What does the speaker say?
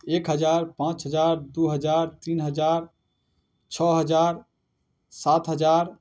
एक हजार पाँच हजार दुइ हजार तीन हजार छओ हजार सात हजार